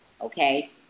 Okay